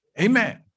Amen